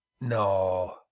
No